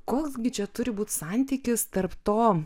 koks gi čia turi būti santykis tarp to